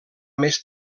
més